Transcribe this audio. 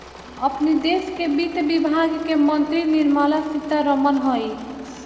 अपनी देस के वित्त विभाग के मंत्री निर्मला सीता रमण हई